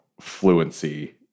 fluency